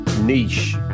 niche